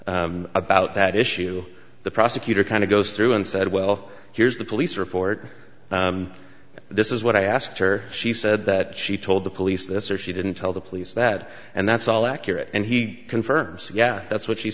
gash about that issue the prosecutor kind of goes through and said well here's the police report this is what i asked her she said that she told the police this or she didn't tell the police that and that's all accurate and he confirms yeah that's what she